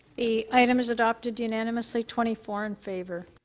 the item is adopted unanimously. twenty four in favor.